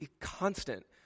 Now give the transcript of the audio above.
constant